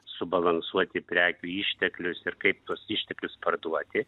subalansuoti prekių išteklius ir kaip tuos išteklius parduoti